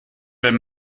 wenn